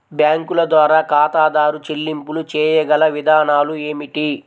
బ్యాంకుల ద్వారా ఖాతాదారు చెల్లింపులు చేయగల విధానాలు ఏమిటి?